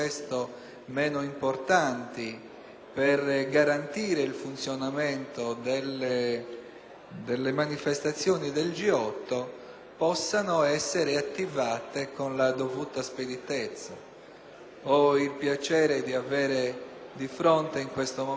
delle manifestazioni del G8, possano essere attivate con la dovuta speditezza. Ho il piacere di avere di fronte, in questo momento, colleghi autorevolissimi della maggioranza che conoscono quanto me e forse meglio di me